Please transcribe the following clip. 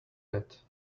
pet